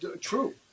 true